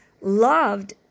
loved